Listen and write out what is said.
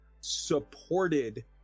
supported